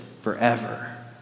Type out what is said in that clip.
forever